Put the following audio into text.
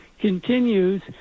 continues